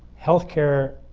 healthcare